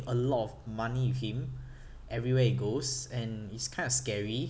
a lot of money with him everywhere he goes and it's kind of scary